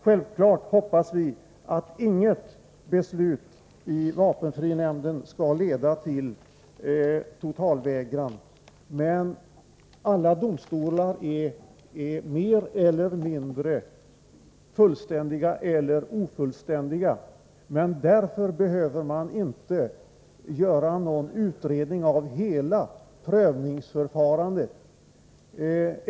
Självfallet hoppas vi att inget beslut i vapenfrinämnden skall leda till totalvägran. Ingen domstol är fullständig, men för den skull behöver man inte göra en utredning om hela prövningsförfarandet.